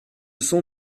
sont